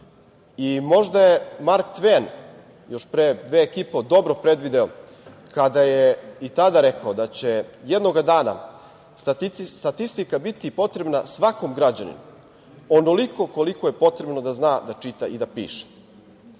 podaci. Možda je Mark Tven još pre vek i po dobro predvideo kada je i tada rekao da će jednoga dana statistika biti potrebna svakom građaninu onoliko koliko je potrebno da zna da čita i da piše.